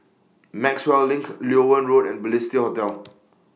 Maxwell LINK Loewen Road and Balestier Hotel